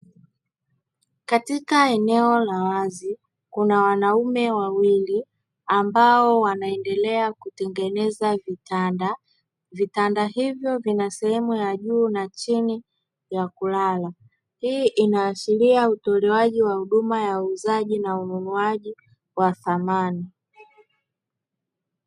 Katika eneo la wazi, kuna wanaume wawili ambao wanaendelea kutengeneza vitanda. Vitanda hivyo vina sehemu ya juu na ya chini vya kulala. Hii inaashiria utolewaji wa huduma ya uuzaji na ununuaji wa samani.